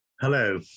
Hello